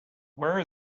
where